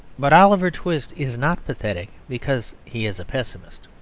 but oliver twist is not pathetic because he is a pessimist.